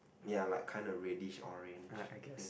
ya like kinda reddish orange thing